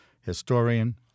historian